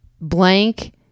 blank